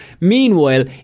Meanwhile